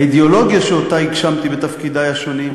האידיאולוגיה שהגשמתי בתפקידי השונים,